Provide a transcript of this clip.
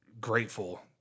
grateful